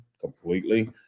completely